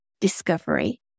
discovery